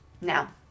Now